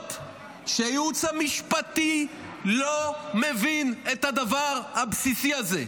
להיות שהייעוץ המשפטי לא מבין את הדבר הבסיסי הזה.